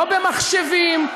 לא במחשבים,